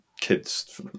kids